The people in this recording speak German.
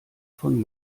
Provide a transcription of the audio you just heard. von